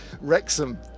Wrexham